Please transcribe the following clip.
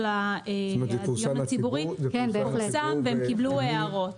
הדיון הציבורי זה פורסם והם קיבלו הערות.